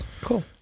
Cool